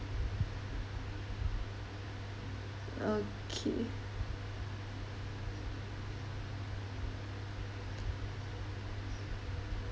okay